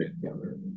together